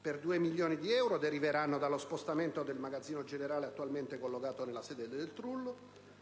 per 2 milioni di euro deriveranno dallo spostamento del magazzino generale, attualmente collocato nella sede del Trullo,